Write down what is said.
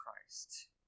Christ